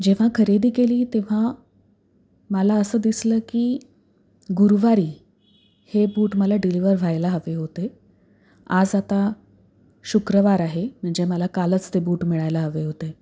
जेव्हा खरेदी केली तेव्हा मला असं दिसलं की गुरुवारी हे बूट मला डिलिव्हर व्हायला हवे होते आज आता शुक्रवार आहे म्हणजे मला कालच ते बूट मिळायला हवे होते